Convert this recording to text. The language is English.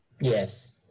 Yes